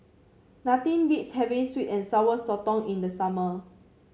nothing beats having sweet and Sour Sotong in the summer